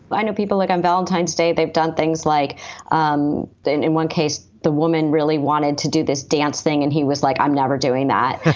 but i know people like on valentine's day, they've done things like um that. in one case, the woman really wanted to do this dance thing. and he was like, i'm never doing that.